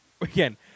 again